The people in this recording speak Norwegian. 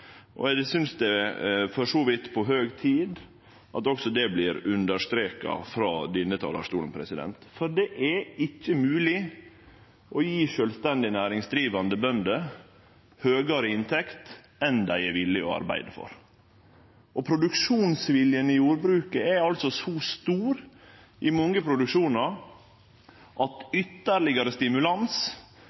og eg synest det for så vidt er på høg tid at det også vert understreka frå denne talarstolen, for det er ikkje mogleg å gje sjølvstendig næringsdrivande bønder høgare inntekt enn dei er villige til å arbeide for. Og produksjonsviljen i jordbruket er så stor i mange produksjonar at ytterlegare stimulans